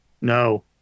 No